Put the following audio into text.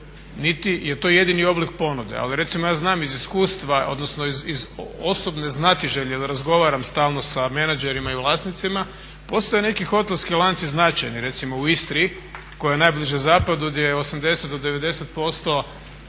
niti je to jedini oblik ponude. Ali recimo ja znam iz iskustva, odnosno iz osobne znatiželje da razgovaram stalno sa menadžerima i vlasnicima, postoje neki hotelski lanci značajni, recimo u Istri koja je najbliže zapadu gdje je 80